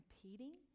competing